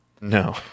No